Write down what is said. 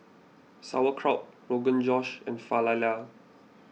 Sauerkraut Rogan Josh and Falafel